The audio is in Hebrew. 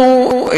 אנחנו,